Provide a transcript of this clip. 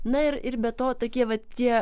na ir ir be to tokie vat tie